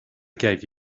gave